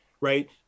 right